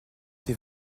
tes